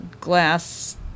glass